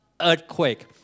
earthquake